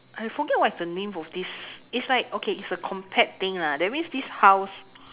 I forget what is the name of this it's like okay it's a compact thing lah that means this house